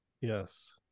Yes